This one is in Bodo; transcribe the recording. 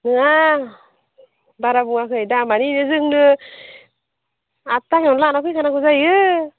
नङा बारा बुङाखै दामानो जोंनो आदथाकायावनो लाना फैखानांगौ जायो